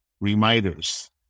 reminders